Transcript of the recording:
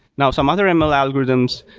now, some other and ml algorithms,